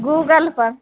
Google पर